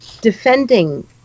Defending